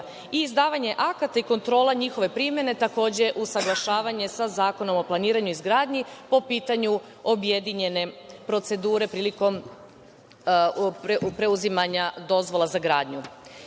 Izdavanje akata i kontrola njihove primene. Takođe, usaglašavanje sa Zakonom o planiranju i izgradnji, po pitanju objedinjene procedure prilikom preuzimanja dozvola za gradnju. Dakle,